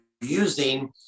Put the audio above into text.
using